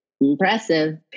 Impressive